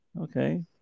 okay